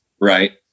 right